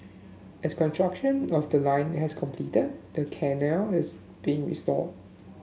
as construction of the line has completed the canal is being restored